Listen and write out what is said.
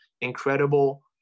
incredible